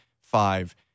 five